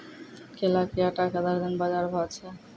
केला के आटा का दर्जन बाजार भाव छ?